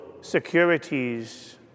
securities